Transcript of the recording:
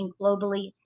globally